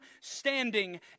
standing